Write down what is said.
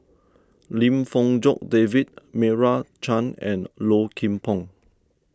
Lim Fong Jock David Meira Chand and Low Kim Pong